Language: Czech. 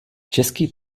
český